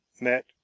met